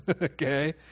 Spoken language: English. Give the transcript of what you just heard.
okay